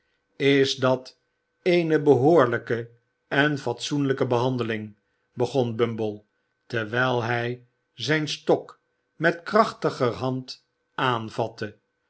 is dat eene behoorlijke en fatsoenlijke behandeling begon bumble terwijl hij zijn stok met krachtiger hand aanvatte